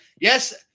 Yes